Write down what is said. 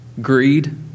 greed